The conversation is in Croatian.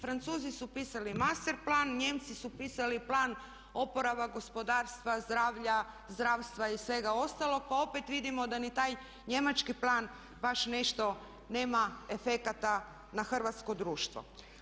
Francuzi su pisali master plan, Nijemci su pisali plan oporavak gospodarstva, zdravstva i svega ostalog pa opet vidimo da ni taj njemački plan baš nešto nema efekata na hrvatsko društvo.